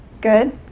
Good